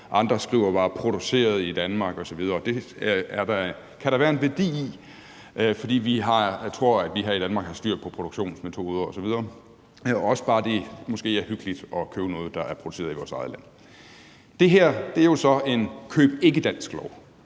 andre skriver bare »Produceret i Danmark« osv. Det kan der være en værdi i, fordi vi her i Danmark tror, vi har styr på produktionsmetoder osv. Måske er det også bare hyggeligt at købe noget, der er produceret i vores eget land. Det her er så en køb ikke dansk-lov.